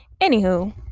Anywho